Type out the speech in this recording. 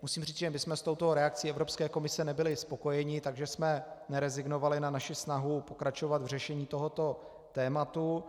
Musím říci, že jsme s touto reakcí Evropské komise nebyli spokojeni, takže jsme nerezignovali na naši snahu pokračovat v řešení tohoto tématu.